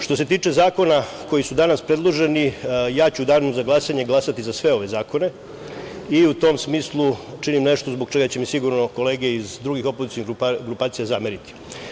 Što se tiče zakona koji su danas predloženi, ja ću u danu za glasanje glasati za sve ove zakone i u tom smislu činim nešto zbog čega će mi sigurno kolege iz drugih opozicionih grupacija zameriti.